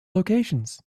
locations